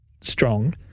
strong